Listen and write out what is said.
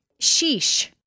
sheesh